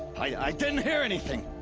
i didn't hear anything!